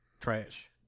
trash